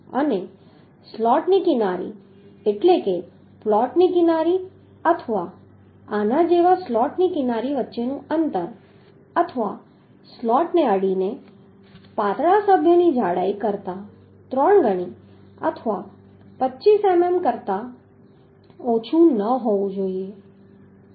અને સ્લોટની કિનારી એટલે કે પ્લોટની કિનારી અથવા આના જેવા સ્લોટની કિનારી વચ્ચેનું અંતર અથવા સ્લોટને અડીને પાતળા સભ્યની જાડાઈ કરતાં ત્રણ ગણા અથવા 25 મીમી કરતાં ઓછું ન હોવું જોઈએ